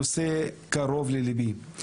נושא הקרוב ללבי.